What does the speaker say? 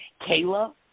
Kayla